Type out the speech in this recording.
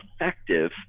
effective